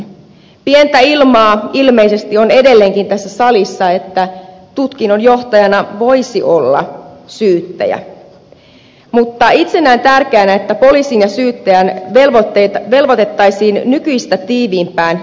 pientä ilmaa ilmeisesti on edelleenkin tässä salissa että tutkinnan johtajana voisi olla syyttäjä mutta itse näen tärkeänä että poliisi ja syyttäjä velvoitettaisiin nykyistä tiiviimpään yhteistyöhön